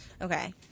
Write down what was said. Okay